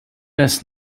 best